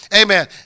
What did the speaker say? amen